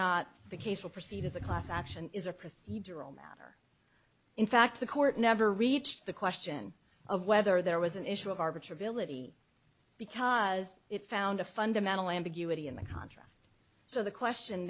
not the case will proceed as a class action is a procedural matter in fact the court never reached the question of whether there was an issue of arbiter billet because it found a fundamental ambiguity in the contract so the question